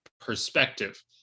perspective